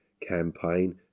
campaign